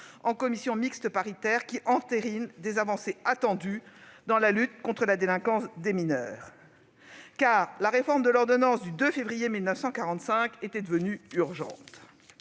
en commission mixte paritaire qui entérine des avancées attendues dans la lutte contre la délinquance des mineurs. En effet, la réforme de l'ordonnance du 2 février 1945 était devenue urgente.